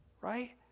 right